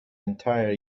entire